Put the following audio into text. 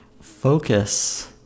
Focus